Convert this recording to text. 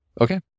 Okay